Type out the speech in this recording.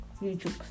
YouTube